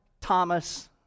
Thomas